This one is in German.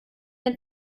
ein